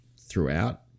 throughout